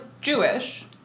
Jewish